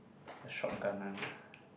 the shotgun one